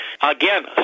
Again